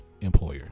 employer